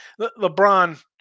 LeBron